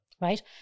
right